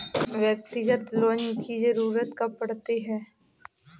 व्यक्तिगत लोन की ज़रूरत कब पड़ती है?